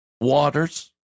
waters